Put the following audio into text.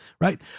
right